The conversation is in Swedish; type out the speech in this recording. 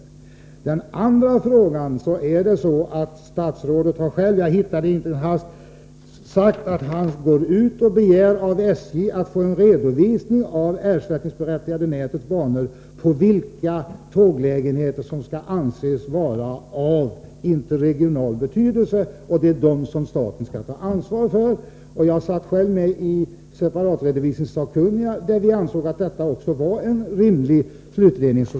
I den andra frågan är det så att statsrådet själv — jag hittar inte uppgiften i en hast — har sagt att han går ut och begär av SJ att få en redovisning av vilka tåglägenheter på det ersättningsberättigade nätets banor som skall anses vara av interregional betydelse och att det är dessa som staten skall ta ansvar för. Jag satt själv med i separatredovisningssakkunniga där vi ansåg att detta var en rimlig avvägning.